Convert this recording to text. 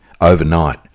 overnight